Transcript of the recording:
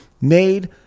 made